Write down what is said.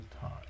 time